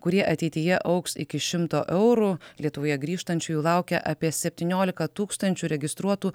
kurie ateityje augs iki šimto eurų lietuvoje grįžtančiųjų laukia apie septyniolika tūkstančių registruotų